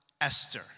Esther